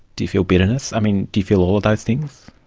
do you feel bitterness? i mean, do you feel all of those things?